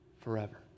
forever